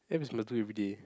abs you must do everyday